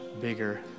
bigger